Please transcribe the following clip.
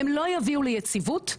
הם לא יביאו ליציבות,